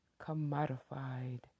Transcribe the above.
commodified